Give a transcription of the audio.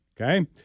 okay